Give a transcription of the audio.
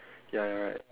ya you're right